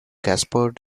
gaspard